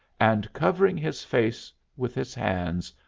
and, covering his face with his hands,